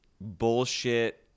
bullshit